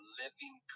living